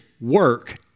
work